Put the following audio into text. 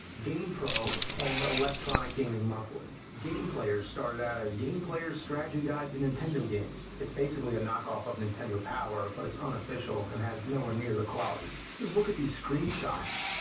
gamepro and electronic gaming monthly. game player's started out as game player's strategy guide to nintendo games. it's basically a knock-off of nintendo power, but it's unofficial and has nowhere near the quality. just look at these screenshots!